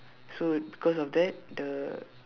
so because of that the